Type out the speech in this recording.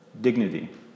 Dignity